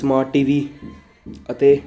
smart TV ਅਤੇ